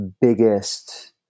biggest